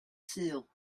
sul